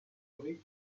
zurich